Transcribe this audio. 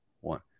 one